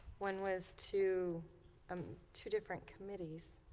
when was two and two different committees